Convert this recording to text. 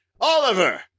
Oliver